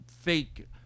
fake